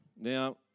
Now